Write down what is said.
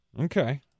Okay